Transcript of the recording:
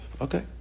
Okay